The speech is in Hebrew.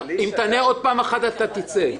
אם תענה עוד פעם אחת אתה תצא.